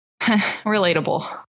Relatable